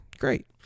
great